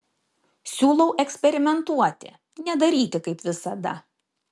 siūlau eksperimentuoti nedaryti kaip visada